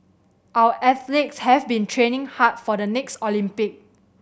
our athletes have been training hard for the next Olympic